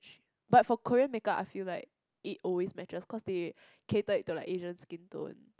but for Korean makeup I feel like it always matches cause they cater it to like Asian skin tone